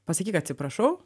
pasakyk atsiprašau